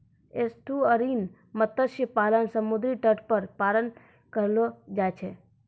estuarine मत्स्य पालन समुद्री तट पर पालन करलो जाय छै